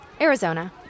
Arizona